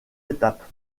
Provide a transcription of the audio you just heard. étapes